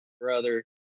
brother